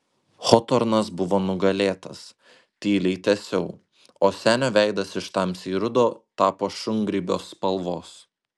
hotornas buvo nugalėtas tyliai tęsiau o senio veidas iš tamsiai rudo tapo šungrybio spalvos